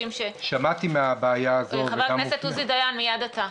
חבר הכנסת עוזי דיין, מיד אתה.